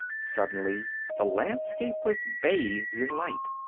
suddenly the landscape was bathed in light,